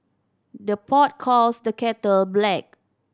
the pot calls the kettle black